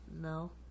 No